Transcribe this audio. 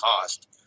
cost